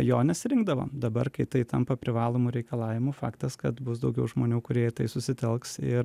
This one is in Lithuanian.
jo nesirinkdavo dabar kai tai tampa privalomu reikalavimu faktas kad bus daugiau žmonių kurie į tai susitelks ir